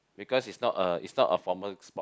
because it's not a it's not a formal sport